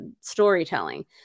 storytelling